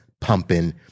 pumping